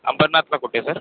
अंबरनाथला कुठे सर